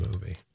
movie